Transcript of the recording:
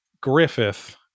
Griffith